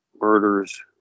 murders